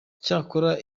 cyakora